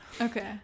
Okay